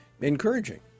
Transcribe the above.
encouraging